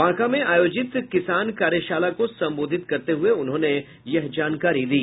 बांका में आयोजित किसान कार्यशाला को संबोधित करते हुये उन्होंने ये जानकारी दी